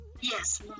Yes